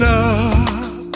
up